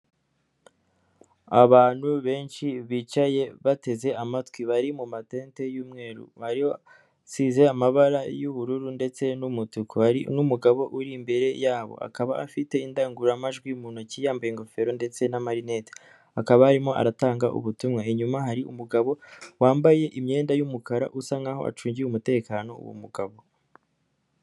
Abantu benshi bicaye bateze amatwi bari mu matente y'umweru, hari hasize amabara y'ubururu ndetse n'umutuku n'umugabo uri imbere yabo akaba afite indangururamajwi mu ntoki, yambaye ingofero ndetse n'amarineti akaba arimo aratanga ubutumwa, inyuma hari umugabo wambaye imyenda y'umukara usa nkaho acungiye umutekano uwo mugabo.